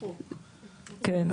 כן.